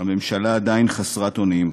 הממשלה עדיין חסרת אונים,